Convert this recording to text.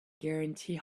guarantee